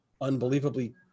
unbelievably